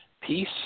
peace